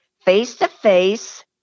face-to-face